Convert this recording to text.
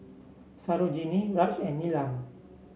Sarojini Raj and Neelam